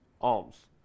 alms